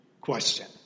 question